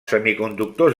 semiconductors